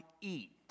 eat